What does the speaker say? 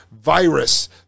virus